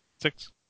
Six